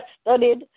studied